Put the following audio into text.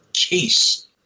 Case